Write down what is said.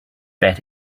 bet